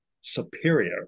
superior